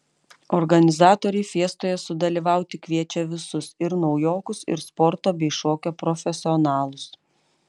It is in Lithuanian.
organizatoriai fiestoje sudalyvauti kviečia visus ir naujokus ir sporto bei šokio profesionalus